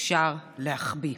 אפשר להחביא.